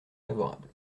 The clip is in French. favorable